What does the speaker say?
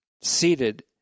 seated